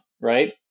right